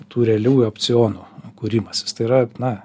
tų realiųjų opcionų kūrimasis tai yra na